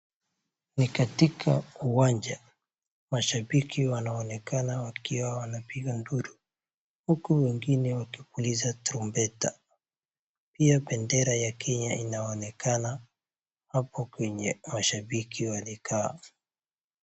Ni katika uwanja ,mashabiki wanaonekana wakiwa wanapiga nduru huku wengine wakipuliza tarumbeta, pia bendera ya kenya inaonekana hapo kwenye mashabiki walikaa.